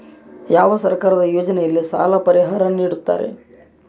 ಯಾವ ಸರ್ಕಾರದ ಯೋಜನೆಯಲ್ಲಿ ಸಾಲ ಪರಿಹಾರ ನೇಡುತ್ತಾರೆ?